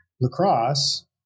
lacrosse